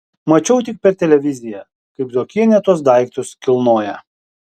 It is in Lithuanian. mačiau tik per televiziją kaip zuokienė tuos daiktus kilnoja